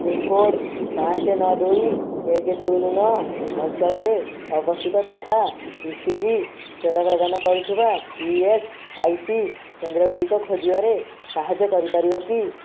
pincode ପାଞ୍ଚେ ନଅ ଦୁଇ ଏକେ ଶୂନ ନଅ ଅଞ୍ଚଳରେ ଅବସ୍ତିତ ତଥା ଇ ସି ଜି ସେବା ପ୍ରଦାନ କରୁଥିବା ଇ ଏସ୍ ଆଇ ସି କେନ୍ଦ୍ରଗୁଡ଼ିକ ଖୋଜିବାରେ ସାହାଯ୍ୟ କରିପାରିବ କି